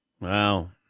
Wow